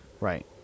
Right